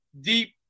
deep